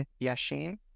Yashin